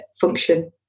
function